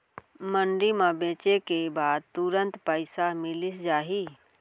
मंडी म बेचे के बाद तुरंत पइसा मिलिस जाही?